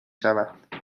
شود